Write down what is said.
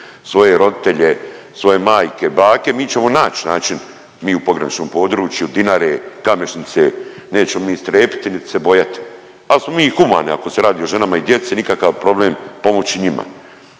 svoje roditelje, svoje majke, bake, mi ćemo nać način mi u pograničnom području Dinare, Kamešnice, nećemo mi strepiti, niti se bojati, al smo mi humani ako se radi o ženama i djeci, nikakav problem pomoći njima,